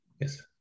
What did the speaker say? yes